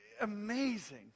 amazing